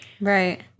Right